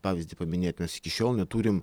pavyzdį paminėt mes iki šiol neturim